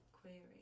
query